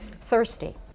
Thirsty